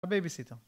בייביסיטר